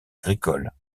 agricoles